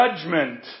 judgment